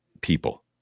people